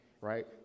right